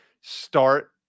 start